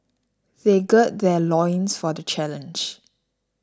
they gird their loins for the challenge